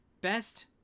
best